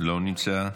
לא נמצא,